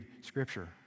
scripture